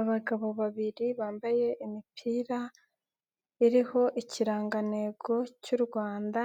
Abagabo babiri bambaye imipira iriho ikirangantego cy'u Rwanda,